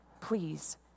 Please